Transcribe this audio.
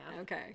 Okay